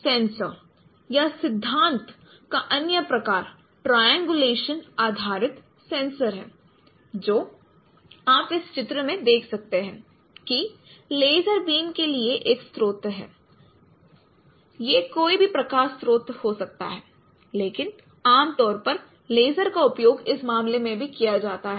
sensor या सिद्धांत का अन्य प्रकार ट्राईएंगूलेशन आधारित सेंसर है जो आप इस चित्र में देख सकते हैं कि लेज़र बीम के लिए एक स्रोत है यह कोई भी प्रकाश स्रोत हो सकता है लेकिन आमतौर पर लेज़र का उपयोग इस मामले में भी किया जाता है